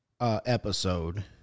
episode